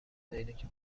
عینک